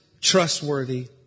trustworthy